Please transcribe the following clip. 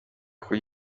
kugira